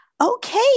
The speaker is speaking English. Okay